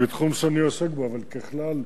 בתחום שאני עוסק בו, אבל ככלל,